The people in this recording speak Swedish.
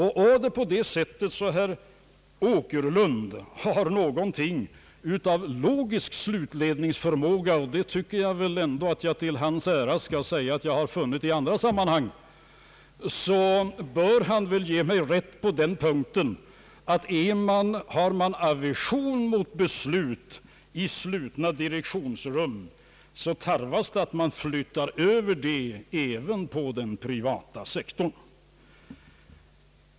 Har herr Åkerlund något av en logisk slutledningsförmåga — det tycker jag mig ha märkt, det skall jag säga till hans ära, i andra sammanhang — bör han väl ge mig rätt på den punkten, att har man aversion mot beslut i slutna direktionsrum, så tarvas det att man flyttar över den aversionen även på den privata sektorn.